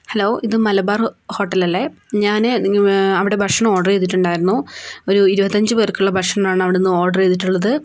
hello ഇത് Malabar hotel അല്ലേ ഞാൻ അവിടെ ഭക്ഷണം ഓർഡർ ചെയ്തിട്ടുണ്ടായിരുന്നു ഒരു ഇരുപത്തഞ്ചു പേർക്കുള്ള ഭക്ഷണമാണ് അവിടെ നിന്ന് ഓർഡർ ചെയ്തിട്ടുള്ളത്